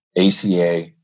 ACA